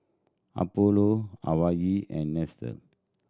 Apollo Huawei and Nestle